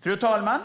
Fru talman!